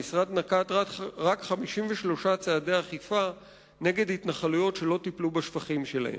המשרד נקט רק 53 צעדי אכיפה נגד התנחלויות שלא טיפלו בשפכים שלהן.